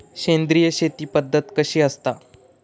सेंद्रिय शेती पद्धत कशी असता?